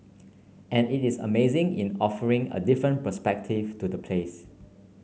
and it is amazing in offering a different perspective to the place